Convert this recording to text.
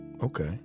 Okay